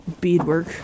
beadwork